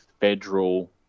federal